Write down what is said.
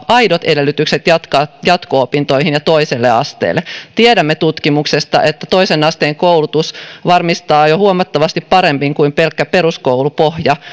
aidot edellytykset jatkaa jatko opintoihin ja toiselle asteelle tiedämme tutkimuksesta että toisen asteen koulutus varmistaa jo huomattavasti paremmin kuin pelkkä peruskoulupohja